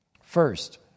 First